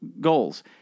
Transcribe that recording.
goals